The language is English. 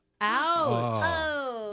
Ouch